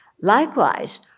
Likewise